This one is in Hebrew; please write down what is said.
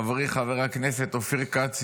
חברי חבר הכנסת אופיר כץ,